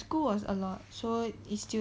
school was a lot so it's still